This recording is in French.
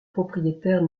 propriétaire